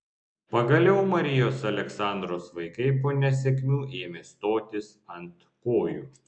pagaliau marijos aleksandros vaikai po nesėkmių ėmė stotis ant kojų